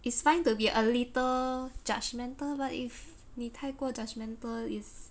it's fine to be a little judgmental but if 你太过 judgmental is